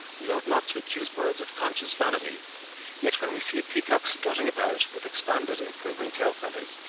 we ought not to accuse birds of conscious vanity yet when we see a peacock strutting about, with expanded and quivering tail-feathers,